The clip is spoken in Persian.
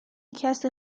کسی